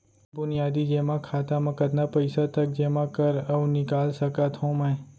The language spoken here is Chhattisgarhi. बुनियादी जेमा खाता म कतना पइसा तक जेमा कर अऊ निकाल सकत हो मैं?